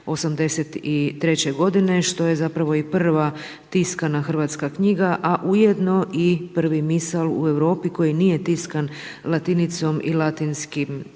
1483. godine što je zapravo i prva tiskana hrvatska knjiga, a ujedno i prvi Misal u Europi koji nije tiskan latinicom i latinskim jezikom